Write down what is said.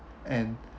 and